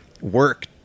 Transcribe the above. work